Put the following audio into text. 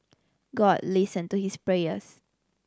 god listen to his prayers